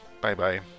bye-bye